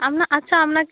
আচ্ছা